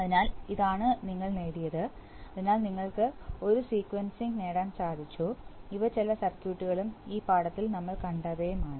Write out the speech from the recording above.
അതിനാൽ ഇതാണ് നിങ്ങൾ നേടിയത് അതിനാൽ നിങ്ങൾക്ക് ഒരു സീക്വൻസിംഗ് നേടാൻ സാധിച്ചു ഇവ ചില സർക്യൂട്ടുകളും ഈ പാഠത്തിൽ നമ്മൾ കണ്ടവയുമാണ്